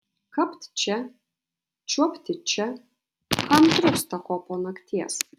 kapt čia čiuopti čia kam trūksta ko po nakties